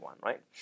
right